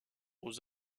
aux